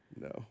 No